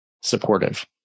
supportive